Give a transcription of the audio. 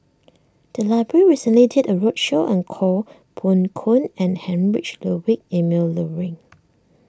the library recently did a roadshow on Koh Poh Koon and Heinrich Ludwig Emil Luering